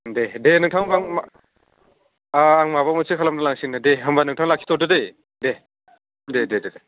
दे दे नोंथां होमबा आह आं माबा मोनसे खालामना लायसिगोन दे होमबा नोंथाङा लाखिथ'दो दै दे दे दे दे